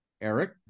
Eric